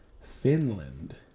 Finland